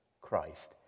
Christ